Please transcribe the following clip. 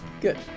good